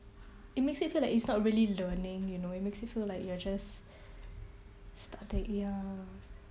it makes it feel like it's not really learning you know it makes you feel like you're just stud~ ya